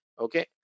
okay